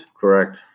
Correct